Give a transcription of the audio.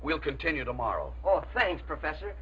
will continue tomorrow thanks professor